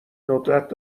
ندرت